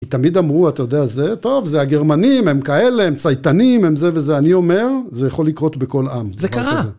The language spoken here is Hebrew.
תמיד אמרו, אתה יודע, זה, טוב, זה הגרמנים, הם כאלה, הם צייתנים, הם זה וזה. אני אומר, זה יכול לקרות בכל עם. זה קרה.